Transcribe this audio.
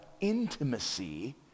intimacy